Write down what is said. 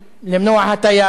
למנוע הטיה,